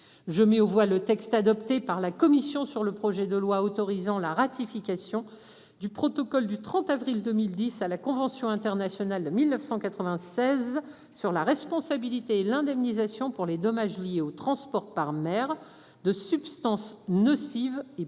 Je mets aux voix. Le texte adopté par la commission sur le projet de loi autorisant la ratification du protocole du 30 avril 2010 à la convention internationale 1996 sur la responsabilité et l'indemnisation pour les dommages liés au transport par mer de substances nocives et